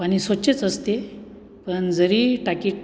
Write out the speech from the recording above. पाणी स्वच्छच असते पण जरी टाकीत